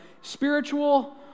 spiritual